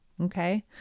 Okay